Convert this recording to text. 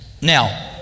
Now